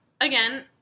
again